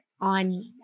on